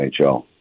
NHL